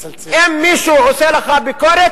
אם מישהו עושה לך ביקורת,